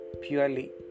Purely